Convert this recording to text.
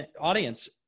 audience